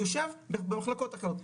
יושב במחלקות אחרות,